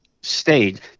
stayed